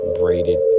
braided